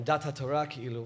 עמדת התורה, כאילו,